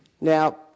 Now